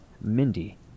Mindy